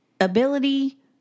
ability